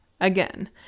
Again